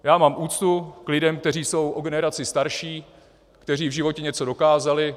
Já mám úctu k lidem, kteří jsou o generaci starší, kteří v životě něco dokázali.